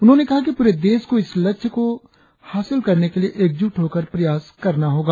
उन्होंने कहा कि पूरे देश को इस लक्ष्य को हासिल करने के लिए एकजुट होकर प्रयास करना होगा